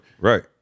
Right